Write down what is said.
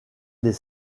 des